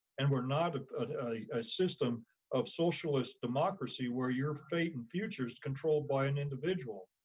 and we're not a system of socialist democracy where your fate and future is controlled by an individual.